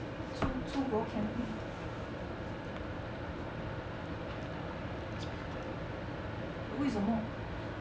出出国 camping 为什么